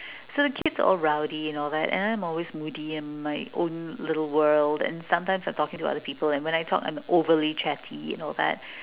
so kids all rowdy and all that and I'm always moody in my own little world and sometimes I talking to other people and when I talk I'm overly chatty and all that